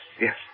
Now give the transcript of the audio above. yes